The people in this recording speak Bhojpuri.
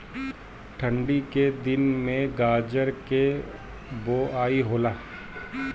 ठन्डी के दिन में गाजर के बोआई होला